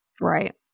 Right